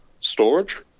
storage